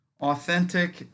Authentic